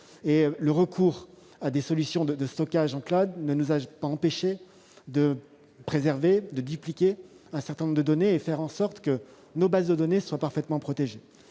et le recours à des solutions de stockage en ne nous a pas empêchés de préserver et de dupliquer un certain nombre de données et de faire en sorte que nos bases de données soient parfaitement protégées.